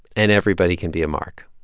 and everybody can be a mark